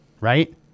right